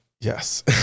yes